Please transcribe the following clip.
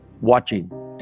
watching